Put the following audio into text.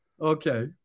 Okay